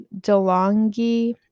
DeLonghi